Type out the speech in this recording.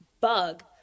bug